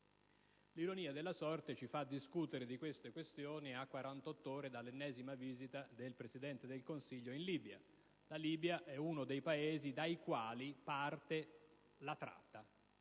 L'ironia della sorte ci fa discutere di tali questioni a quarantotto ore dall'ennesima visita del Presidente del Consiglio in Libia. La Libia è uno dei Paesi dai quali parte la tratta